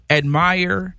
admire